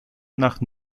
nach